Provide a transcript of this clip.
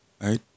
right